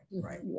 right